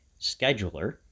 scheduler